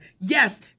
yes